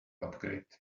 upgrade